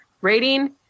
Rating